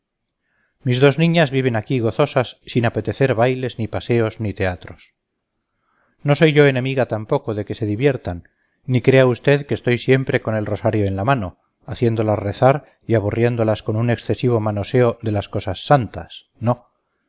mis dos niñas viven aquí gozosas sin apetecer bailes ni paseos ni teatros no soy yo enemiga tampoco de que se diviertan ni crea usted que estoy siempre con el rosario en la mano haciéndolas rezar y aburriéndolas con un excesivo manoseo de las cosas santas no